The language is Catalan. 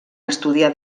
estudià